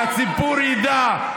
שהציבור ידע,